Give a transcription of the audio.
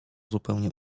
zupełnie